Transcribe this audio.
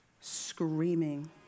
screaming